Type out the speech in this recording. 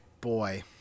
Boy